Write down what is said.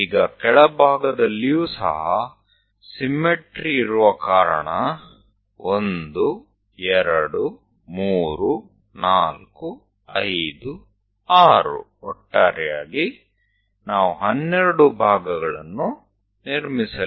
નીચેની બાજુ પણ જો કે તે સમમિત છે તેના માટે ફરીથી 1 2 3 4 5 6 અને કુલ 12 સમાન ભાગો આપણે રચવા જઈ રહ્યા છીએ